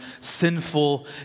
sinful